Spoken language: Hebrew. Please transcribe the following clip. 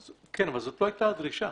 כן, אבל זאת לא הייתה הדרישה,